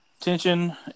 Tension